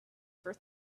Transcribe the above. for